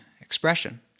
expression